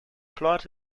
plot